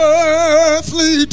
earthly